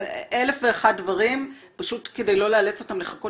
אלף ואחד דברים פשוט כדי לא לאלץ אותם לחכות